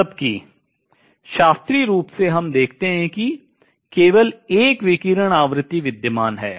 जबकि शास्त्रीय रूप से हम देखते हैं कि केवल एक विकिरण आवृत्ति विद्यमान है